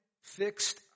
fixed